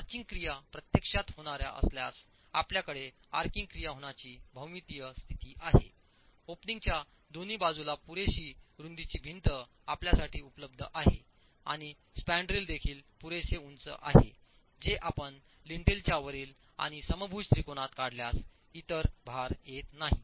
arching क्रिया प्रत्यक्षात होणार असल्यासआपल्याकडे आर्काइंग क्रिया होण्याची भौमितीय स्थिती आहे ओपनिंगच्या दोन्ही बाजूला पुरेशी रुंदीची भिंत आपल्यासाठी उपलब्ध आहे आणि स्पॅन्ड्रेल देखील पुरेसे उंच आहे जे आपण लिंटेलच्या वरील आणि समभुज त्रिकोणात काढल्यास इतर भार येत नाहीत